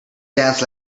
dance